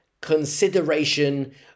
consideration